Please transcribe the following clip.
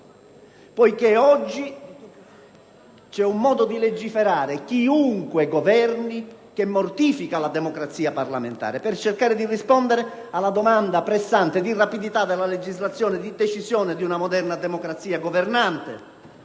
poiché oggi vige un modo di legiferare che, a prescindere da chi governa, mortifica la democrazia parlamentare. Per cercare di rispondere alla domanda pressante di rapidità di legislazione e di decisione di una moderna democrazia governante,